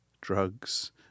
drugs